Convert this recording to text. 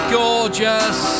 gorgeous